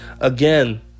again